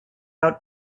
out